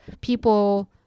people